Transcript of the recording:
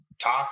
talk